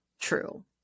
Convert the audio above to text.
true